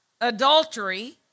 adultery